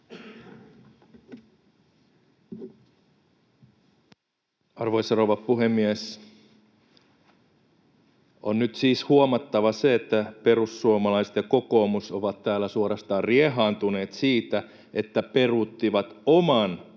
Arvoisa rouva puhemies! On nyt siis huomattava se, että perussuomalaiset ja kokoomus ovat täällä suorastaan riehaantuneet siitä, että peruuttivat oman